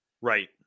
Right